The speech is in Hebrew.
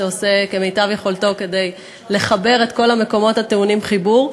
שעושה כמיטב יכולתו לחבר את כל המקומות הטעונים חיבור.